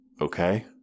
Okay